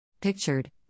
Pictured